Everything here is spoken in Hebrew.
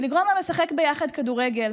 ולגרום להם לשחק ביחד כדורגל,